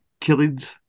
Killings